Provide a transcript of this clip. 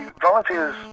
volunteers